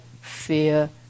fear